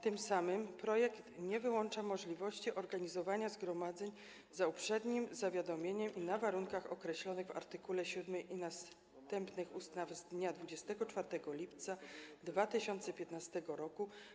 Tym samym projekt nie wyłącza możliwości organizowania zgromadzeń za uprzednim zawiadomieniem i na warunkach określonych w art. 7 i następnych ustawy z dnia 24 lipca 2015 r.